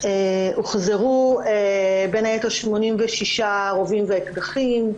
הוחזרו בין היתר 86 רובים ואקדחים,